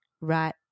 right